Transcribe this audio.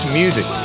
music